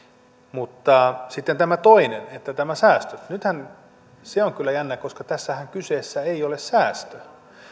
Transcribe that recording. mutta sitten tämä toinen nämä säästöt nythän se on kyllä jännää koska tässähän kyseessä eivät ole säästöt